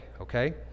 okay